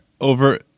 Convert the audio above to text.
Over